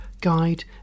guide